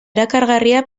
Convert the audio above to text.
erakargarria